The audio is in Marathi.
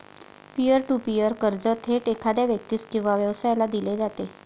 पियर टू पीअर कर्ज थेट एखाद्या व्यक्तीस किंवा व्यवसायाला दिले जाते